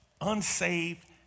unsaved